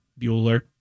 Bueller